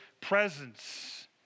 presence